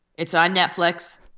it's on netflix.